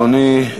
אדוני,